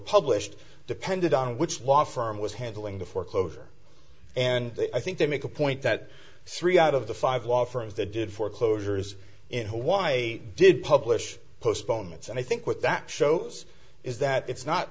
published depended on which law firm was handling the foreclosure and i think to make a point that three out of the five law firms the did foreclosures in hawaii did publish postponements and i think what that shows is that it's not